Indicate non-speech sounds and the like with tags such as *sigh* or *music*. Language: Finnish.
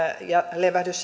ja levähdys *unintelligible*